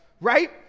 right